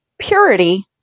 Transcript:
Purity